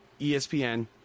ESPN